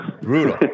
Brutal